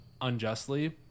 unjustly